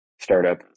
startup